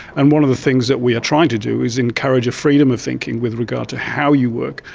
and one of the things that we are trying to do is encourage a freedom of thinking with regard to how you work,